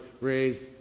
raised